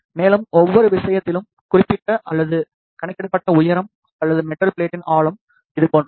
மேலும் ஒவ்வொரு விஷயத்திலும் மதிப்பிடப்பட்ட அல்லது கணக்கிடப்பட்ட உயரம் அல்லது மெட்டல் பிளேட்டின் ஆழம் இது போன்றது